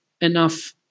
enough